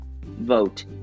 Vote